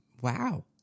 Wow